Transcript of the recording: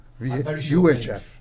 UHF